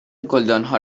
گلدانها